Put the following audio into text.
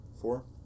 four